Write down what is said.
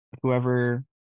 whoever